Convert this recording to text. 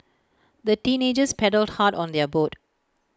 the teenagers paddled hard on their boat